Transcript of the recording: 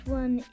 one